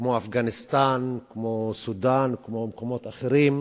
כמו אפגניסטן, סודן ומקומות אחרים,